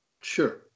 Sure